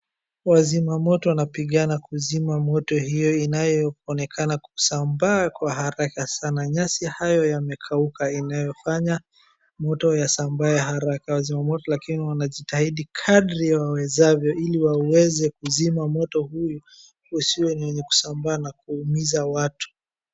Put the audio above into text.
Wazima moto wanapigana kuzima moto hiyo inayoonekana kusambaa kwa haraka sana. Nyasi hayo yamekauka inayofanya moto yasambaae haraka. Wazima moto lakini wanajitahidi kadri ya wawezavyo ili waweze kuzima moto huyu usiwe ni wenye kusambaa na kuumiza watu.